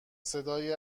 صدای